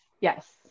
Yes